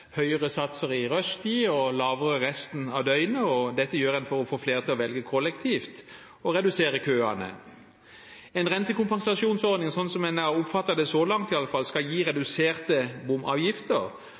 høyere satser i rushtiden og lavere resten av døgnet, for å få flere til å velge kollektivt og redusere køene. En rentekompensasjonsordning, som en har oppfattet det så langt i alle fall, skal gi